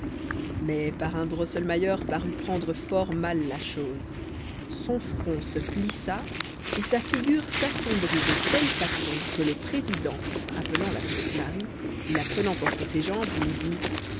mais parrain drosselmayer parut prendre fort mal la chose son front se plissa et sa figure s'assombrit de telle façon que le président appelant la petite marie et la prenant entre ses jambes lui dit